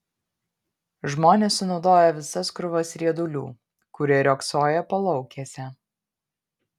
žmonės sunaudojo visas krūvas riedulių kurie riogsojo palaukėse